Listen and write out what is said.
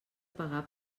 pagar